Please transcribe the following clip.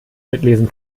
mitlesen